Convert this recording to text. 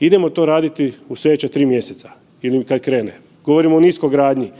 idemo to raditi u slijedeća 3 mjeseca ili kad krene. Govorimo o niskogradnji